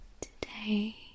Today